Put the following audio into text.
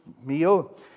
meal